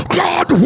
god